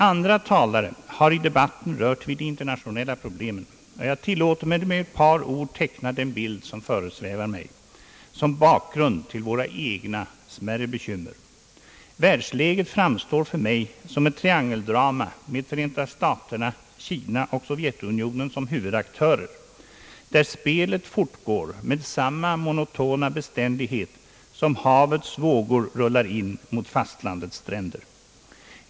Andra talare har i debatten rört vid de internationella problemen, och jag tillåter mig att med ett par ord teckna den bild som föresvävar mig som bakgrund till våra egna smärre bekymmer. Världsläget framstår för mig som ett triangeldrama med Förenta staterna, Kina och Sovjetunionen som huvudaktörer, där spelet fortgår med samma monotona beständighet som havets vågor rullar in mot fastlandets stränder.